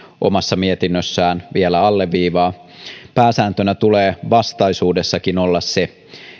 omassa mietinnössään vielä alleviivaa tulee vastaisuudessakin olla se